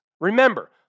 Remember